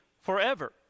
forever